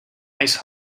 ice